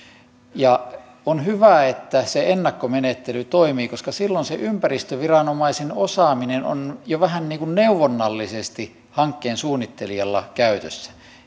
on hyvä että se ennakkomenettely toimii koska silloin se ympäristöviranomaisen osaaminen on jo vähän niin kuin neuvonnallisesti hankkeen suunnittelijalla käytössä